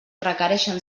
requereixen